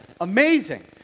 Amazing